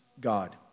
God